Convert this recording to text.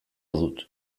dut